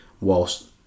whilst